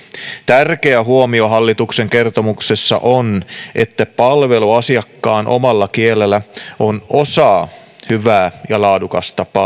tärkeä huomio hallituksen kertomuksessa on että palvelu asiakkaan omalla kielellä on osa hyvää ja laadukasta